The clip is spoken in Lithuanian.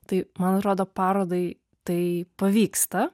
tai man atrodo parodai tai pavyksta